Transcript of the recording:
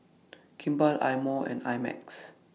Kimball Eye Mo and I Max